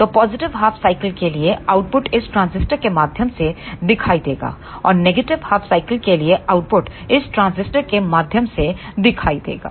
तो positive half cycle के लिए आउटपुट इस ट्रांजिस्टर के माध्यम से दिखाई देगा और नेगेटिव हाफ साइकल के लिए आउटपुट इस ट्रांजिस्टर के माध्यम से दिखाई देगा